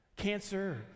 cancer